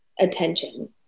attention